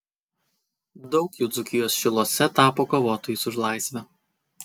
daug jų dzūkijos šiluose tapo kovotojais už laisvę